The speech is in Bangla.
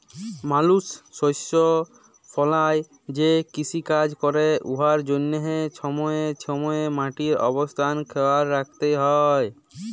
মালুস শস্য ফলাঁয় যে কিষিকাজ ক্যরে উয়ার জ্যনহে ছময়ে ছময়ে মাটির অবস্থা খেয়াল রাইখতে হ্যয়